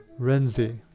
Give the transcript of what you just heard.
Renzi